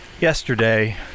yesterday